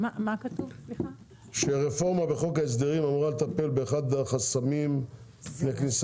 כתוב שרפורמה בחוק ההסדרים אמורה לטפל באחד החסמים לכניסה